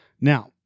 Now